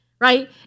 Right